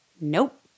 Nope